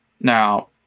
now